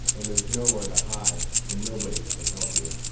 and there's nowhere to hide, and nobody can help you,